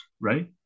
right